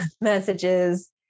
messages